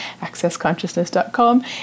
accessconsciousness.com